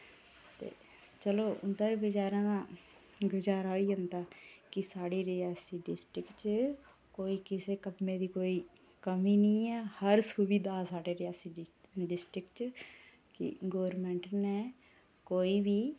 ते चलो उं'दा बी बचारें दा गुजारा होई जंदा कि साढ़ी रियासी डिस्ट्रिक च कोई किसे कम्मे दी कोई कमी निं ऐ हर सुविधा साढ़ी रियासी डिस्ट्रिक गोरमैंट नै कोई बी